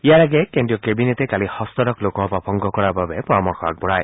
ইয়াৰ আগেয়ে কেন্দ্ৰীয় কেবিনেটে কালি যষ্ঠদশ লোকসভা ভংগ কৰাৰ বাবে পৰামৰ্শ আগবঢ়ায়